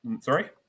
Sorry